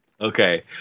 Okay